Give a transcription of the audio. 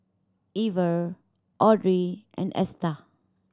Iver Audrey and Esta